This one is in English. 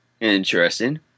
Interesting